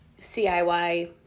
CIY